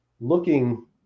looking